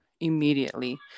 immediately